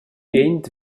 jent